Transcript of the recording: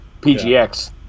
PGX